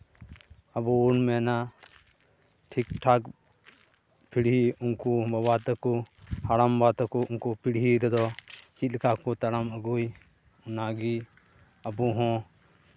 ᱟᱵᱚ ᱵᱚᱱ ᱢᱮᱱᱟ ᱴᱷᱤᱠ ᱴᱷᱟᱠ ᱯᱤᱲᱦᱤ ᱩᱱᱠᱩ ᱵᱟᱵᱟ ᱛᱟᱠᱚ ᱦᱟᱲᱟᱢᱵᱟ ᱛᱟᱠᱚ ᱩᱱᱠᱩ ᱯᱤᱲᱦᱤ ᱨᱮᱫᱚ ᱪᱮᱫ ᱞᱮᱠᱟ ᱠᱚ ᱛᱟᱲᱟᱢ ᱟᱹᱜᱩᱭ ᱚᱱᱟᱜᱮ ᱟᱵᱚ ᱦᱚᱸ